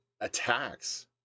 attacks